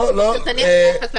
לתועלת.